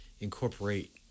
incorporate